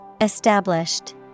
Established